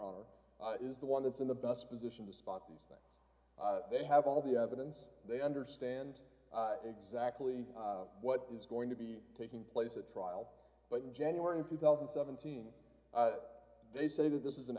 honor is the one that's in the best position to spot these things they have all the evidence they understand exactly what is going to be taking place at trial but in january two thousand and seventeen they say that this is an